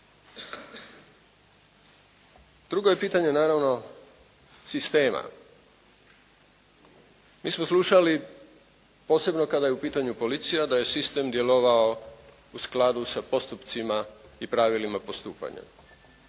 Drugo je pitanje naravno sistema. Mi smo slušali, posebno kada je u pitanju policija da je sistem djelovao u skladu sa postupcima i pravilima postupanja,